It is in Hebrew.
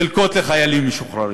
חלקות לחיילים משוחררים.